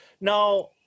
Now